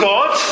God